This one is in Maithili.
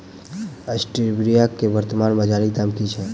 स्टीबिया केँ वर्तमान बाजारीक दाम की छैक?